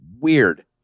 weird